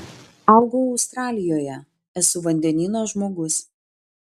augau australijoje esu vandenyno žmogus